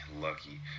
Lucky